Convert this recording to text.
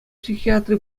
психиатри